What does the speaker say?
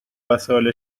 وسایل